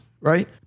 right